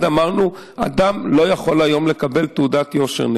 אמרנו: אדם לא יכול היום לקבל תעודת יושר.